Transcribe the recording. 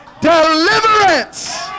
Deliverance